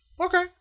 okay